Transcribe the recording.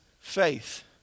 faith